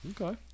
Okay